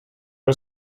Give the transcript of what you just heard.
are